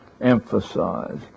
emphasize